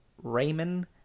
Raymond